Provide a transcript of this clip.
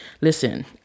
listen